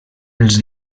els